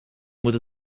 moet